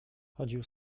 chodził